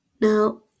Now